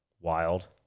wild